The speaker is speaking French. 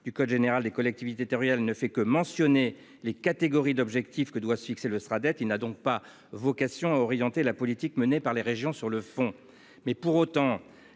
du code général des collectivités territoriales, qui ne fait que mentionner les catégories d'objectifs que doit fixer le Sraddet, n'a pas vocation à orienter la politique menée par les régions sur le fond. Pour autant,